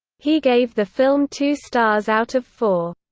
he gave the film two stars out of four.